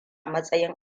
matsayin